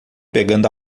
pegando